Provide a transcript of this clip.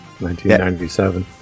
1997